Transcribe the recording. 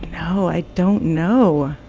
no, i don't know.